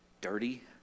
dirty